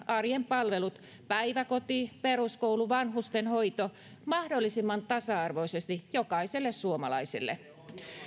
arjen palvelut päiväkoti peruskoulu vanhustenhoito mahdollisimman tasa arvoisesti jokaiselle suomalaiselle